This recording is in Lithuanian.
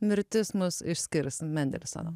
mirtis mus išskirs mendelsoną